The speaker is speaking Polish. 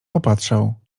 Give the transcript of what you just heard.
popatrzał